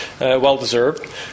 well-deserved